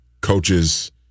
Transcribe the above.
coaches